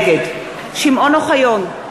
נגד שמעון אוחיון,